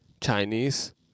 Chinese